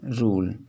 rule